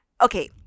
okay